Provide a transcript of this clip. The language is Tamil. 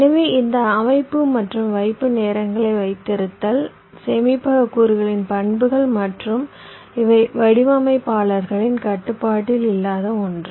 எனவே இந்த அமைப்பு மற்றும் வைப்பு நேரங்களை வைத்திருத்தல் சேமிப்பக கூறுகளின் பண்புகள் மற்றும் இவை வடிவமைப்பாளர்களின் கட்டுப்பாட்டில் இல்லாத ஒன்று